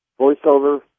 voiceover